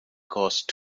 ghost